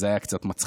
אז זה היה קצת מצחיק.